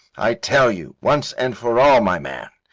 i tell you, once and for all, my man,